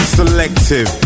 selective